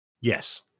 yes